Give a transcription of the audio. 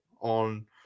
On